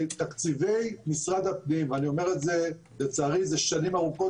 תקציבי משרד הפנים אני אומר את זה שנים ארוכות,